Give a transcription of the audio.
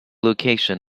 location